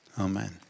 Amen